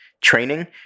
training